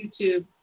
YouTube